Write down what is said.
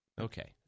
Okay